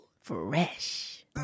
Fresh